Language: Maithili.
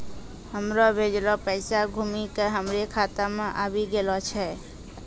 हमरो भेजलो पैसा घुमि के हमरे खाता मे आबि गेलो छै